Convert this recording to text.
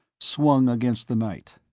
swung against the night.